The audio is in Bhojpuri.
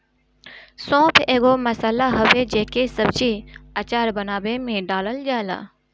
सौंफ एगो मसाला हवे जेके सब्जी, अचार बानवे में डालल जाला